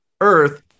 Earth